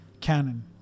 Canon